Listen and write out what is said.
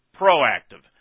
proactive